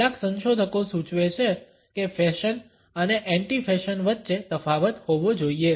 કેટલાક સંશોધકો સૂચવે છે કે ફેશન અને એન્ટી ફેશન વચ્ચે તફાવત હોવો જોઈએ